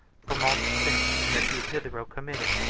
from all the sins that he had hitherto committed,